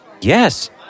Yes